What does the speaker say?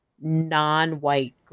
non-white